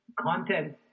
content